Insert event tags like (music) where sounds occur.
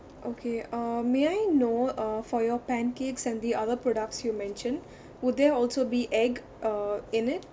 okay uh may I know uh for your pancakes and the other products you mentioned (breath) would there also be egg uh in it